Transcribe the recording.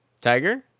Tiger